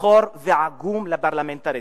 שחור ועגום לפרלמנטריזם,